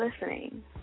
listening